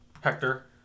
hector